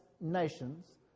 Nations